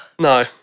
No